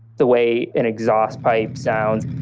the way an exhaust pipe sounds